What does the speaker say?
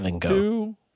two